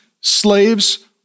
slaves